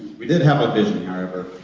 we did have a vision, however